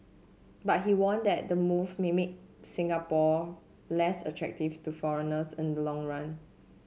but he warned that the move may make Singapore less attractive to foreigners in the long run